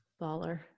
Baller